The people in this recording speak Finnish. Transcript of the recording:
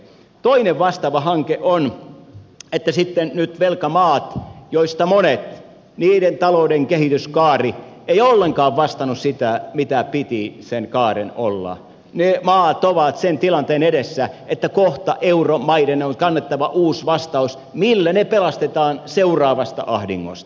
toinen vastaava hanke on kun nyt ne velkamaat joista monien talouden kehityskaari ei ollenkaan vastannut sitä mitä sen kaaren piti olla ovat sen tilanteen edessä että kohta euromaiden on annettava uusi vastaus millä ne pelastetaan seuraavasta ahdingosta